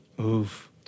Oof